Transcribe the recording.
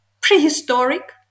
prehistoric